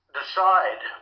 decide